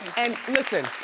and listen.